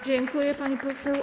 Dziękuję, pani poseł.